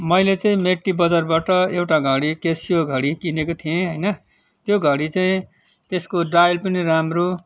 मैले चाहिँ मेटली बजारबाट एउटा घडी क्यासियो घडी किनेको थिएँ होइन त्यो घडी चाहिँ त्यसको डाइल पनि राम्रो